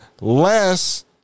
less